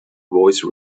voice